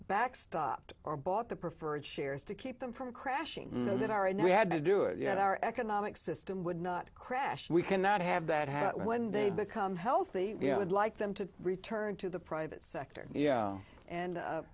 back stopped or bought the preferred shares to keep them from crashing so that our and we had to do it yet our economic system would not crash we cannot have that happen when they become healthy you know i'd like them to return to the private sector yeah and